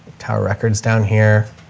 tower records down here,